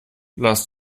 lass